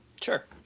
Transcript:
Sure